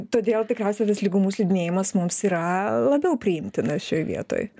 todėl tikriausiai tas lygumų slidinėjimas mums yra labiau priimtinas šioj vietoj